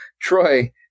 Troy